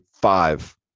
five